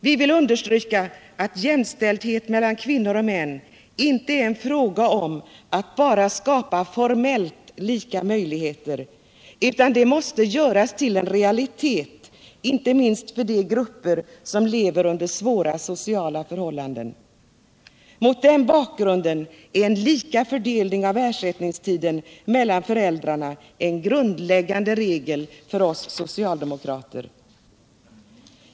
Vi vill understryka att jämställdhet mellan kvinnor och män inte är en fråga om att bara skapa formellt lika möjligheter utan det måste göras till en realitet, inte minst för de grupper som lever under svåra sociala förhållanden. Mot den bakgrunden är en lika fördelning av ersättningstiden mellan föräldrarna en grundläggande regel för oss socialdemokrater.